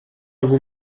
vou